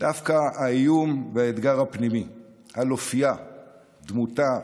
דווקא האיום והאתגר הפנימי על אופייה, דמותה,